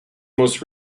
most